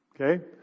Okay